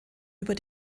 über